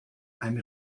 ein